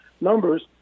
numbers